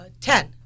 ten